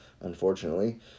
unfortunately